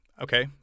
Okay